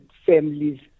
families